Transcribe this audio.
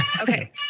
Okay